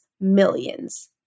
millions